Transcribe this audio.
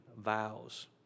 vows